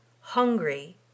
hungry